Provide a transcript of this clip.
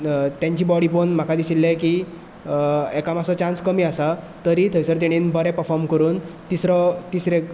तेंची बॉडी पोवून म्हाका दिशिल्लें की हेका मातसो चान्स कमी आसा तरी थंयसर तेणे बरें पर्फोर्म करून तिसरें